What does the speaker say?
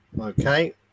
Okay